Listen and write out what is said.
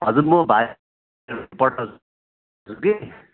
हजुर म भाइ पठाउँछु कि